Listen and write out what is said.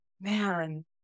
Man